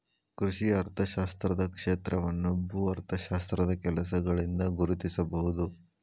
ಕೃಷಿ ಅರ್ಥಶಾಸ್ತ್ರದ ಕ್ಷೇತ್ರವನ್ನು ಭೂ ಅರ್ಥಶಾಸ್ತ್ರದ ಕೆಲಸಗಳಿಂದ ಗುರುತಿಸಬಹುದು